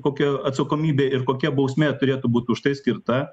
kokia atsakomybė ir kokia bausmė turėtų būt už tai skirta